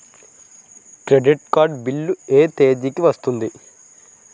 Credit card bill ఎ తేదీ కి వస్తుంది?